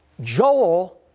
Joel